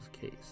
case